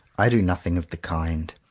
i do nothing of the kind.